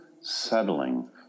settling